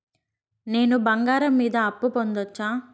నేను బంగారం మీద అప్పు పొందొచ్చా?